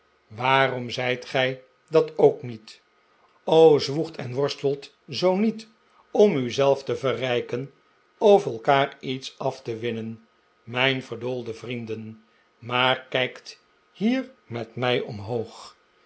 waarom zijt gij dat ook niet o zwoegt en worstelt zoo niet om u zelf te verrijken of elkaar iets af te winnen mijn verdoolde vrienden maar kijkt hier met mij omhoog